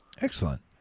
Excellent